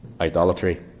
idolatry